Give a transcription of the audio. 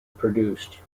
produced